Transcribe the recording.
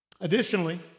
Additionally